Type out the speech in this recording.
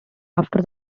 after